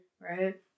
Right